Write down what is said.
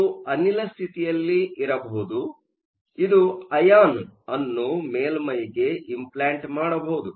ಇದು ಅನಿಲ ಸ್ಥಿತಿಯಲ್ಲಿರಬಹುದು ಇದು ಅಐನು ಅನ್ನು ಮೇಲ್ಮೈಗೆ ಇಂಪ್ಲಾಂಟ್ ಮಾಡಬಹುದು